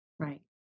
right